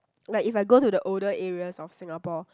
like if I go to the older areas of Singapore